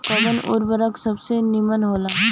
कवन उर्वरक सबसे नीमन होला?